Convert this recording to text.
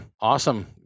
Awesome